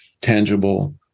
tangible